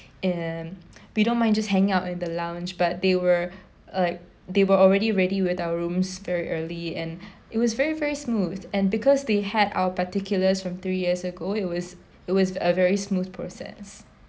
um we don't mind just hanging out in the lounge but they were like they were already ready with our rooms very early and it was very very smooth and because they had our particulars from three years ago it was it was a very smooth process